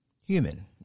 Human